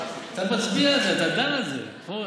אתה מצביע על זה, אתה דן על זה, פורר.